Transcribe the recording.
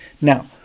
now